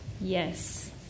Yes